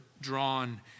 drawn